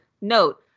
Note